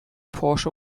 porsche